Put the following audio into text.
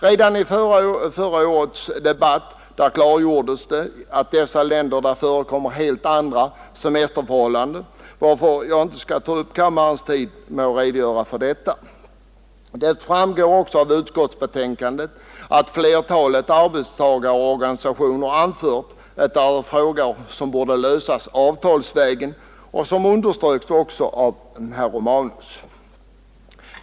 Redan i förra årets debatt klargjordes att i dessa länder förekommer helt andra semesterförhållanden än i Sverige, varför jag inte skall ta upp kammarens tid med att redogöra för detta. Det framgår också av utskottsbetänkandet att flertalet arbetstagarorganisationer anfört att det här är en fråga som borde lösas avtalsvägen, något som ju underströks också av herr Romanus.